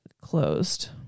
closed